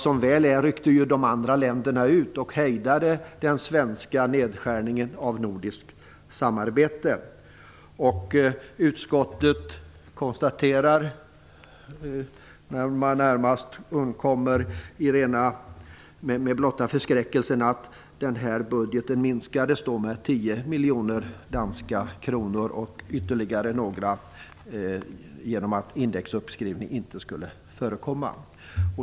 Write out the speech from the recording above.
Som väl är ryckte de andra länderna ut och hejdade den svenska nedskärningen av nordiskt samarbete. Utskottet konstaterar, när man undkommit med blotta förskräckelsen, att budgeten minskades med 10 miljoner danska kronor och ytterligare några genom att indexuppskrivning inte skulle förekomma.